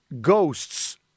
ghosts